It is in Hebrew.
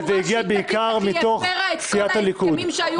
---- וזה הגיע בעיקר מתוך סיעת הליכוד.